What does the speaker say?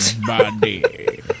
Body